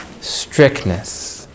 strictness